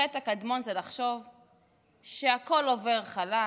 החטא הקדמון זה לחשוב שהכול עובר חלק,